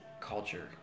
culture